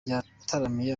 yataramiye